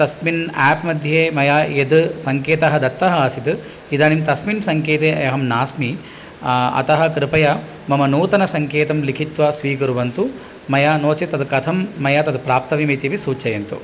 तस्मिन् आप् मध्ये मया यः सङ्केतः दत्तः आसित् इदानिं तस्मिन् सङ्केते अहं नास्मि अतः कृपया मम नूतनसङ्केतं लिखित्वा स्वीकुर्वन्तु मया नो चेत् तद् कथं मया तद् प्राप्तव्यमित्यपि सूचयन्तु